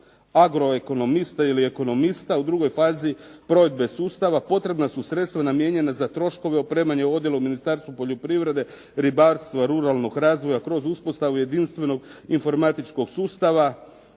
agroekonomiste ili ekonomiste. U drugoj fazi provedbe sustava potrebna su sredstva namijenjena za troškove opremanja u odjelu Ministarstva poljoprivrede, ribarstva i ruralnog razvoj kroz uspostavu jedinstvenog informatičkog sustava".